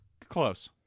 close